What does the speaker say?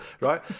right